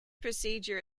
procedure